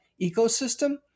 ecosystem